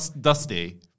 Dusty